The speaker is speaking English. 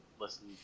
listen